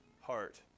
heart